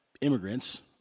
immigrants